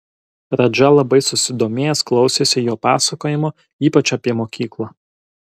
radža labai susidomėjęs klausėsi jo pasakojimo ypač apie mokyklą